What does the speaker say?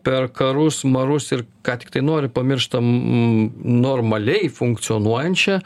per karus marus ir ką tiktai nori pamirštam normaliai funkcionuojančią